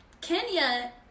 Kenya